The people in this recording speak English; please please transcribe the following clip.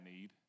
need